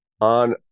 on